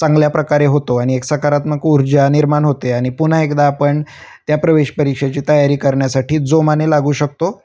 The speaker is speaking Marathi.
चांगल्या प्रकारे होतो आणि एक सकारात्मक ऊर्जा निर्माण होते आणि पुन्हा एकदा आपण त्या प्रवेश परीक्षेची तयारी करण्यासाठी जोमाने लागू शकतो